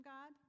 God